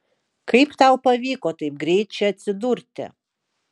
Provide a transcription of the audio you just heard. kaip tau pavyko taip greit čia atsidurti